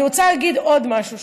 אני רוצה להגיד עוד משהו,